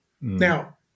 Now